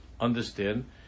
understand